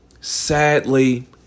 sadly